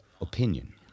opinion